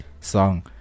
song